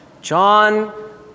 John